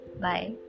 bye